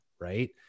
right